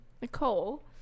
Nicole